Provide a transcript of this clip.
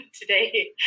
today